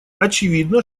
очевидно